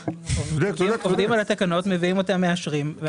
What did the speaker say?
עובדים על התקנות, מביאים אותן ומאשרים.